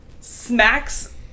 smacks